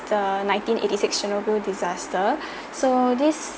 the nineteen eighty six Chernobyl disaster so this